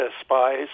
spies